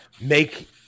make